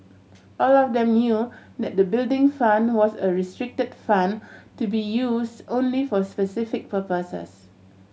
all of them knew that the Building Fund was a restricted fund to be use only for specific purposes